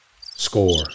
score